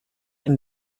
and